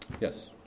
Yes